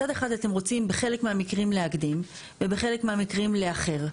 מצד אחד אתם רוצים בחלק מהמקרים להקדים ובחלק מהמקרים לאחר.